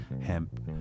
hemp